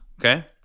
okay